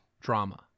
drama